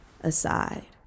aside